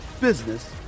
business